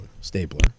Stapler